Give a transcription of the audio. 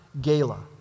gala